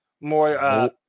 more